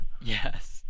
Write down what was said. yes